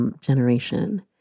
generation